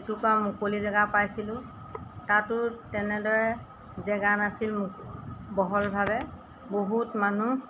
এটুকুৰা মুকলি জেগা পাইছিলোঁ তাতো তেনেদৰে জেগা নাছিল বহলভাৱে বহুত মানুহ